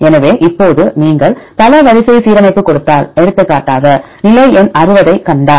எனவே இப்போது நீங்கள் பல வரிசை சீரமைப்பு கொடுத்தால் எடுத்துக்காட்டாக நிலை எண் 60 ஐக் கண்டால்